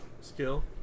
skill